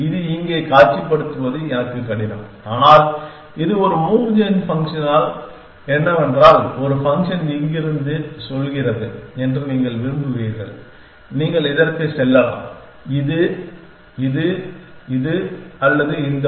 இதை இங்கே காட்சிப்படுத்துவது எனக்கு கடினம் ஆனால் இது ஒரு மூவ் ஜென் ஃபங்க்ஷன் என்னவென்றால் ஒரு ஃபங்க்ஷன் இங்கிருந்து சொல்கிறது என்று நீங்கள் விரும்புவீர்கள் நீங்கள் இதற்கு செல்லலாம் இது இது இது அல்லது இந்த ஒரு